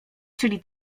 czyli